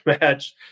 match